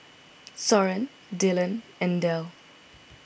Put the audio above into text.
Soren Dylan and Del